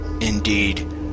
indeed